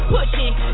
Pushing